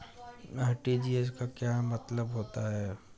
RTGS का क्या मतलब होता है?